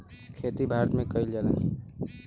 खेती भारते मे कइल जाला